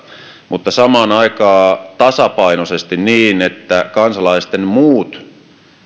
mutta samaan aikaan tasapainoisesti niin että kansalaisten muut